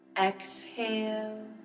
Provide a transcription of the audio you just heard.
exhale